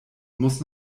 muß